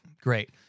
great